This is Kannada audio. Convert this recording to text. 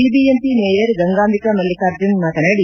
ಬಿಬಿಎಂಪಿ ಮೇಯರ್ ಗಂಗಾಂಭಿಕ ಮಲ್ಲಿಕಾರ್ಜುನ್ ಮಾತನಾಡಿ